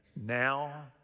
now